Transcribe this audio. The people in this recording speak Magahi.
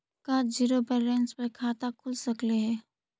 का जिरो बैलेंस पर खाता खुल सकले हे?